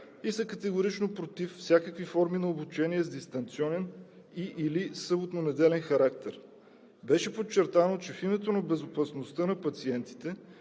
и са категорично против всякакви форми на обучение с дистанционен и/или съботно-неделен характер. Беше подчертано, че в името на безопасността на пациентите